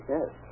Yes